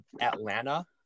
Atlanta